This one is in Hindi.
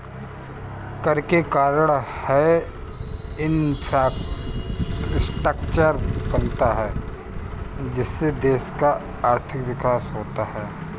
कर के कारण है इंफ्रास्ट्रक्चर बनता है जिससे देश का आर्थिक विकास होता है